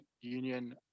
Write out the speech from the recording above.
union